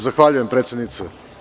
Zahvaljujem, predsednice.